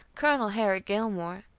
colonel harry gilmore,